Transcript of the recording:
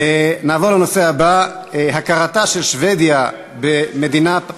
נעבור לנושא הבא: הכרתה של שבדיה במדינה,